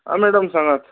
आ madam सांगात